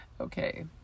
okay